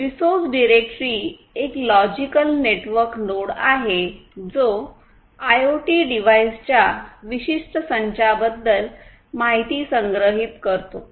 resource directory एक logical network node आहे जो आयओटी डिव्हाइसच्या विशिष्ट संचाबद्दल माहिती संग्रहित करतो